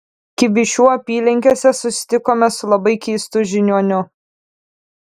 kibyšių apylinkėse susitikome su labai keistu žiniuoniu